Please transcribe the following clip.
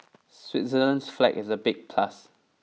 Switzerland's flag is a big plus